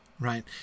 right